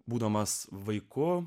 būdamas vaiku